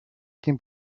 этим